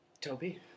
Toby